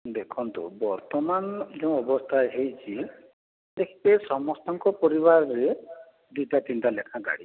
ଦେଖନ୍ତୁ ବର୍ତ୍ତମାନ ଯେଉଁ ଅବସ୍ଥା ହେଇଛି ସମସ୍ତଙ୍କ ପରିବାରରେ ଦୁଇ'ଟା ତିନି'ଟା ଲେଖାଁ ଗାଡ଼ି